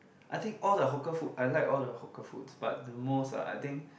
I think all the hawker food I like all the hawker foods but the most ah I think